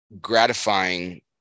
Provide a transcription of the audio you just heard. gratifying